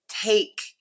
take